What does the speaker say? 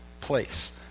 place